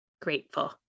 grateful